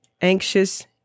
anxious